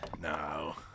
No